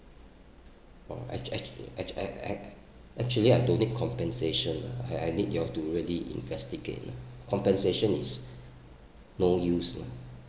oh act~ act~ actually I don't need compensation lah I I need you all to really investigate lah compensations is no useless lah